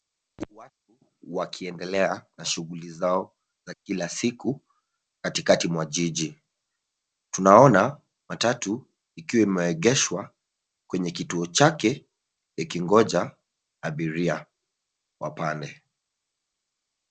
Watu wakiendelea na shughuli zao za kila siku katikati mwa jiji. Tunaona matatu ikiwa imeegeshwa kwenye kituo chake ikingoja abiria wapande.